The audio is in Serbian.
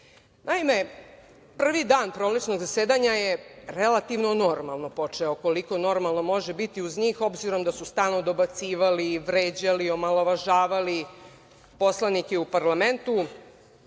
prvi dan prolećnog zasedanja je relativno normalno počeo, koliko normalno može biti uz njih, s obzirom na to da su stalno dobacivali, vređali, omalovažavali poslanike u parlamentu,